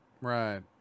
Right